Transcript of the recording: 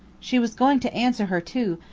she was going to answer her too,